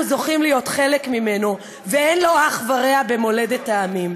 זוכים להיות חלק ממנו ואין לו אח ורע במולדת העמים.